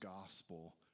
gospel